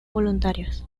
voluntarios